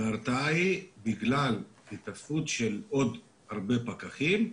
ההרתעה היא בגלל התאספות של עוד הרבה פקחים,